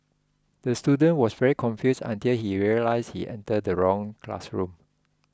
the student was very confused until he realised he entered the wrong classroom